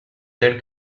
tels